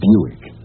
Buick